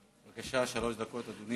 בבקשה, שלוש דקות, אדוני.